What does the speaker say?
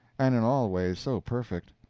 and in all ways so perfect.